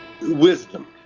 Wisdom